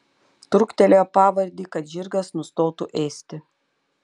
truktelėjo pavadį kad žirgas nustotų ėsti